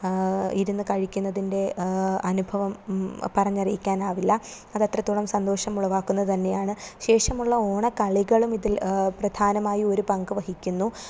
ഇരുന്ന് കഴിക്കുന്നതിൻ്റെ അനുഭവം പറഞ്ഞ് അറിയിക്കാനാവില്ല അത് അത്രത്തോളം സന്തോഷമുളവാക്കുന്നത് തന്നെയാണ് ശേഷമുള്ള ഓണക്കളികളും ഇതിൽ പ്രധാനമായി ഒരു പങ്ക് വഹിക്കുന്നു